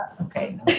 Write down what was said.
okay